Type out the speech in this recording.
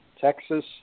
Texas